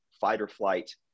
fight-or-flight